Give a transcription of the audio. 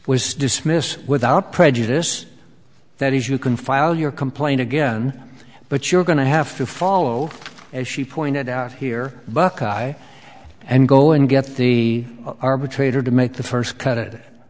was dismissed without prejudice that is you can file your complaint again but you're going to have to follow as she pointed out here buckeye and go and get the arbitrator to make the first cut it